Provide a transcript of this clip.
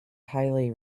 highly